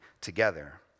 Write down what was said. together